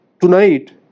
tonight